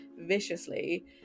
viciously